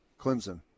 Clemson